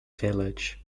village